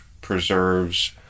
preserves